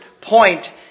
point